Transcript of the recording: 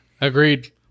Agreed